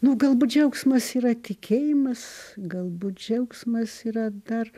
nu galbūt džiaugsmas yra tikėjimas galbūt džiaugsmas yra dar